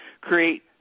create